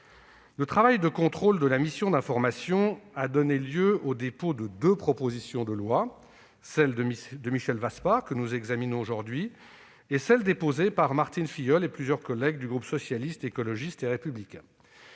Le travail de contrôle de la mission d'information a donné lieu au dépôt de deux propositions de loi : celle déposée par Michel Vaspart, que nous examinons aujourd'hui, et celle déposée par Martine Filleul et plusieurs collègues du groupe Socialiste, Écologiste et Républicain.